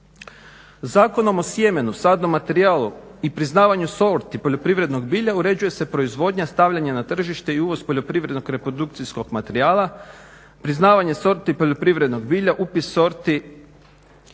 Zakonom o sjemenu, sadnom materijalu i priznavanju sorti poljoprivrednog bilja uređuje se proizvodnja, stavljanje na tržište i uvoz poljoprivrednog reprodukcijskog materijala, priznavanje sorti poljoprivrednog bilja, upis sorti